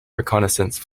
reconnaissance